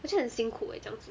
我觉得很辛苦 eh 这样子